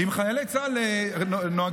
אם חיילי צה"ל נוהגים,